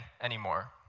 anymore